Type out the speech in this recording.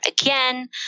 again